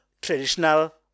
traditional